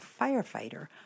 firefighter